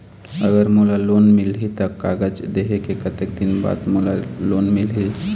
अगर मोला लोन मिलही त कागज देहे के कतेक दिन बाद मोला लोन मिलही?